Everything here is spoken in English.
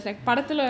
mm